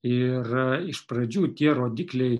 ir iš pradžių tie rodikliai